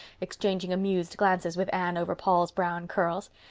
exchanging amused glances with anne over paul's brown curls.